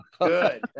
good